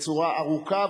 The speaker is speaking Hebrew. בצורה ארוכה,